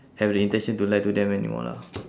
have the intention to lie to them anymore lah